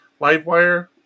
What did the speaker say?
Livewire